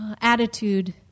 attitude